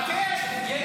חכה --- כן,